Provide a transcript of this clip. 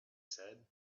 said